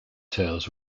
tales